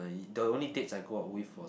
the only dates I go out with was